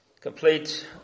complete